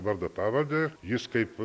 vardą pavardę jis kaip